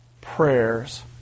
prayers